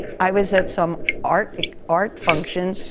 i was at some art art function,